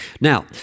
Now